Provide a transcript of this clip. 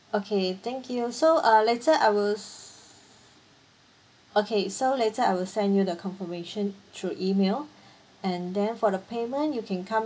okay thank you so uh later I will s~ okay so later I will send you the confirmation through E-mail and then for the payment you can come